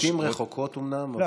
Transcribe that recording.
לעיתים רחוקות אומנם,